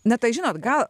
na tai žinot gal